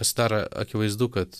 pasidaro akivaizdu kad